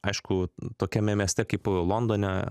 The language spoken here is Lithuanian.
aišku tokiame mieste kaip londone